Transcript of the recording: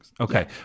Okay